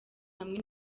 hamwe